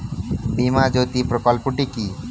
বীমা জ্যোতি প্রকল্পটি কি?